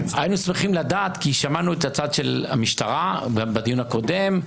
שמענו את הצד של המשטרה בדיון הקודם,